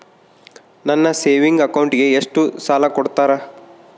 ನನ್ನ ಸೇವಿಂಗ್ ಅಕೌಂಟಿಗೆ ಎಷ್ಟು ಸಾಲ ಕೊಡ್ತಾರ?